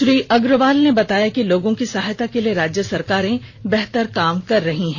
श्री अग्रवाल ने बताया कि लोगों की सहायता के लिए राज्य सरकारें बेहतर काम कर रही हैं